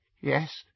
Yes